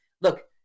Look